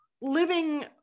living